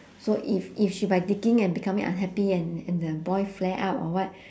so if if she by digging and becoming unhappy and and the boy flare up or what